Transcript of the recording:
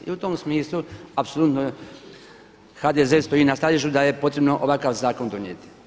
I u tom smislu apsolutno HDZ stoji na stajalištu da je potrebno ovakav zakon donijeti.